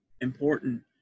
important